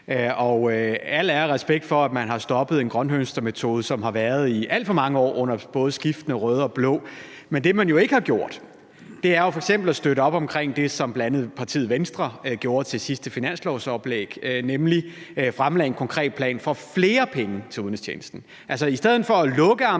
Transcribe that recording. Al ære og respekt for, at man har stoppet en grønthøstermetode, som har været brugt i alt for mange år under skiftende både røde og blå. Men det, man jo ikke har gjort, er f.eks. at støtte op omkring det, som bl.a. partiet Venstre gjorde til sidste finanslovsoplæg, nemlig at fremlægge en konkret plan for flere penge til udenrigstjenesten, sådan at man altså i stedet for at lukke ambassader